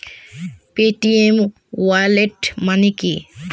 Paytm wallet মানে কি?